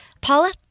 Paula